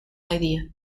idea